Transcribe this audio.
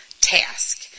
task